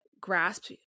grasp